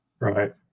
Right